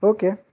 Okay